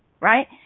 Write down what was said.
right